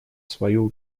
свою